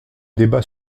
débat